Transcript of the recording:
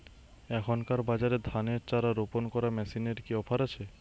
এখনকার বাজারে ধানের চারা রোপন করা মেশিনের কি অফার আছে?